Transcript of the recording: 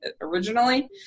originally